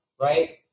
right